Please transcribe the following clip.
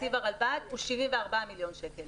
תקציב הרלב"ד הוא 74 מיליון שקלים.